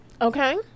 Okay